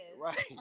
Right